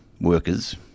workers